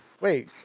wait